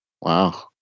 Wow